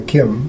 Kim